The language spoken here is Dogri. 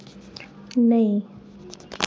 नेईं